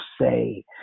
say